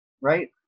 right